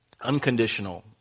Unconditional